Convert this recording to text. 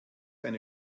eine